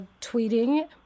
tweeting